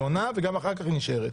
היא עונה וגם אחר כך נשארת.